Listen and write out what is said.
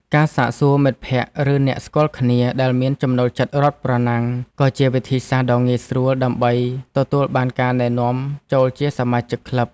ការសាកសួរមិត្តភក្តិ ឬអ្នកស្គាល់គ្នាដែលមានចំណូលចិត្តរត់ប្រណាំង ក៏ជាវិធីសាស្ត្រដ៏ងាយស្រួលដើម្បីទទួលបានការណែនាំចូលជាសមាជិកក្លឹប។